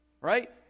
Right